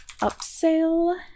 upsell